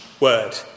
word